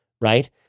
Right